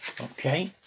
Okay